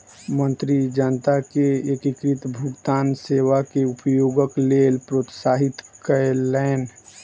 मंत्री जनता के एकीकृत भुगतान सेवा के उपयोगक लेल प्रोत्साहित कयलैन